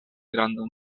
grandan